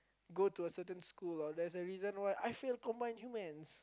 go to a certain school or there's a reason why I fail combined humans